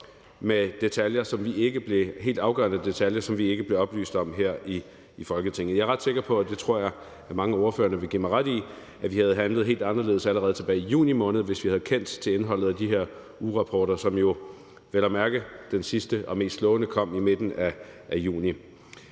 detaljer, som vi ikke blev oplyst om her i Folketinget. Jeg er ret sikker på – og det tror jeg at mange af ordførerne vil give mig ret i – at vi havde handlet helt anderledes allerede tilbage i juni måned, hvis vi havde kendt til indholdet af de her ugerapporter, hvor den sidste og mest slående jo vel at mærke